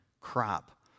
crop